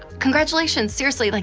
congratulations. seriously, like